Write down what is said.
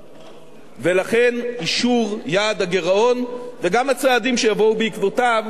אישור יעד הגירעון וגם הצעדים שיבואו בעקבותיו הם מתבקשים והכרחיים.